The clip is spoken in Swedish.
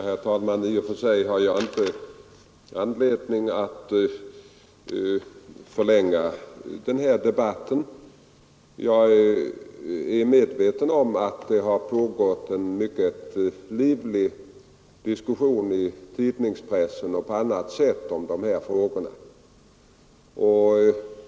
Herr talman! I och för sig har jag inte anledning att förlänga den här debatten. Jag är medveten om att det har pågått en mycket livlig diskussion i tidningspressen och på annat sätt om de här frågorna.